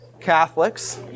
Catholics